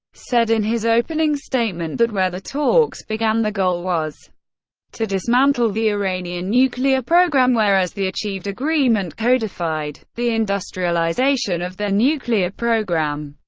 said in his opening statement that when the talks began the goal was to dismantle the iranian nuclear program, whereas the achieved agreement codified the industrialization of their nuclear program.